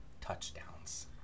touchdowns